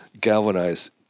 galvanize